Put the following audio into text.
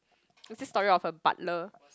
it is just story of a butler